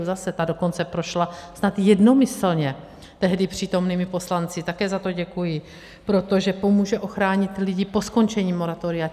Zase, ta dokonce prošla tak jednomyslně tehdy přítomnými poslanci, také za to děkuji, protože pomůže ochránit lidi po skončení moratoria.